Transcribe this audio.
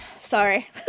sorry